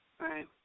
right